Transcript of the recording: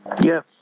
Yes